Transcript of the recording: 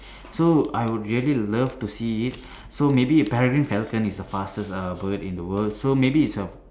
so I would really love to see it so maybe if peregrine falcon is the fastest uh bird in the world so maybe it's a